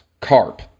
Carp